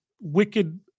wicked